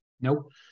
nope